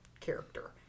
character